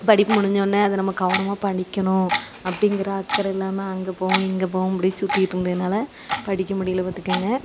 படிப்பு முடிஞ்ச உடனே அதை நம்ம கவனமாக படிக்கணும் அப்படிங்கிற அக்கறை இல்லாமல் அங்கே போவோம் இங்கே போவோம் அப்படியே சுற்றிக்கிட்டு இருந்தனால் படிக்க முடியல பார்த்துக்கங்க